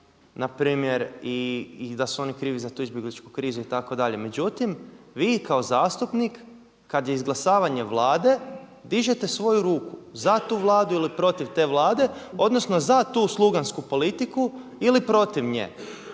i da su oni krivi za tu izbjeglički krizu itd. Međutim, vi kao zastupnik kad je izglasavanje Vlade dižete svoju ruku za tu Vladu ili protiv te Vlade, odnosno za tu slugansku politiku ili protiv nje.